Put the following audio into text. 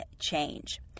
change